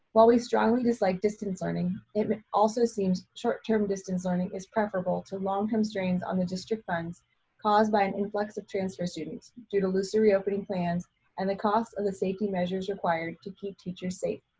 while we strongly dislike distance learning, it also seems short term distance learning is preferable to long constraints on the district funds caused by an influx of transfer students due to looser reopening plans and the cost of the safety measures required to keep teachers safe.